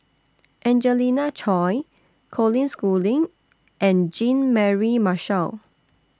Angelina Choy Colin Schooling and Jean Mary Marshall